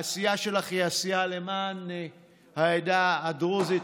העשייה שלך היא עשייה למען העדה הדרוזית.